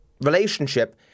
relationship